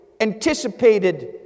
anticipated